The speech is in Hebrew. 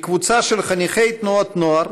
מקבוצה של חניכי תנועות נוער